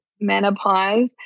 menopause